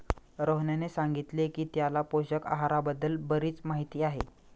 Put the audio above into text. रोहनने सांगितले की त्याला पोषक आहाराबद्दल बरीच माहिती आहे